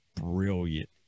brilliant